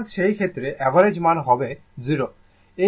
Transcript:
সুতরাং সেই ক্ষেত্রে অ্যাভারেজ মান হবে 0